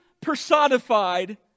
personified